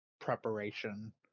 preparation